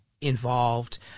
involved